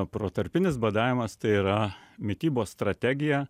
protarpinis badavimas tai yra mitybos strategija